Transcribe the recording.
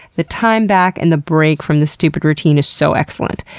the time back and the break from the stupid routine is so excellent.